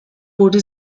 wurde